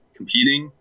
competing